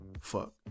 fuck